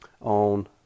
on